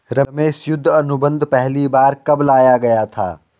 रमेश युद्ध अनुबंध पहली बार कब लाया गया था?